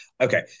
Okay